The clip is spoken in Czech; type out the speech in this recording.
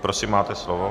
Prosím, máte slovo.